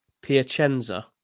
Piacenza